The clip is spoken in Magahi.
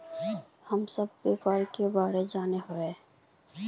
हम सब व्यापार के बारे जाने हिये?